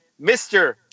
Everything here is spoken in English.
Mr